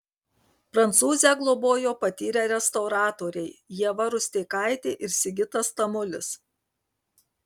prancūzę globojo patyrę restauratoriai ieva rusteikaitė ir sigitas tamulis